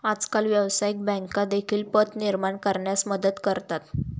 आजकाल व्यवसायिक बँका देखील पत निर्माण करण्यास मदत करतात